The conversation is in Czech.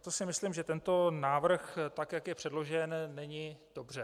Proto si myslím, že tento návrh, tak jak je předložen, není dobře.